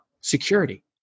security